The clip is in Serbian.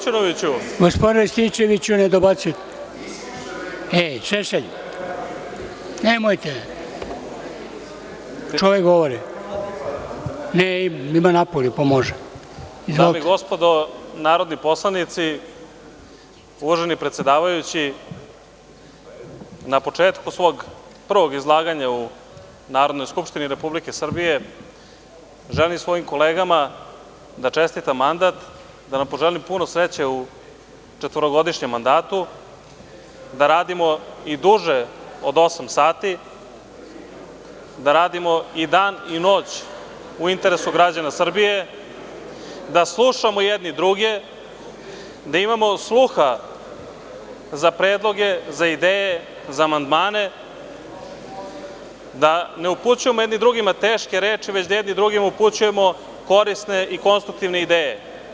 Dame i gospodo narodni poslanici, uvaženi predsedavajući, na početku svog prvog izlaganja u Narodnoj skupštini Republike Srbije želim svojim kolegama da čestitam mandat, da nam poželim puno sreće u četvorogodišnjem mandatu, da radimo i duže od osam sati, da radimo i dan i noć u interesu građana Srbije, da slušamo jedni druge, da imamo sluha za predloge, za ideje, za amandmane, da ne upućujemo jedni drugima teške reči, već da jedni drugima upućujemo korisne i konstruktivne ideje.